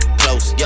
close